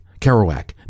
Kerouac